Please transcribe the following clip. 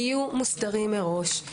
יהיו מוסדרים מראש,